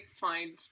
find